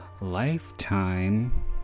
Lifetime